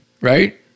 Right